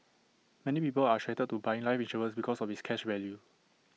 many people are attracted to buying life insurance because of its cash value